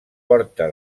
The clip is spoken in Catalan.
porta